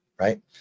right